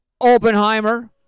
Oppenheimer